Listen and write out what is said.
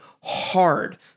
hard